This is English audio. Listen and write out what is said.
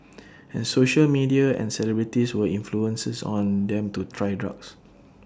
and social media and celebrities were influences on them to try drugs